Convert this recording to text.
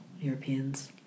Europeans